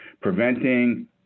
preventing